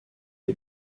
les